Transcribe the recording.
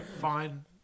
fine